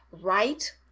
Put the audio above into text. right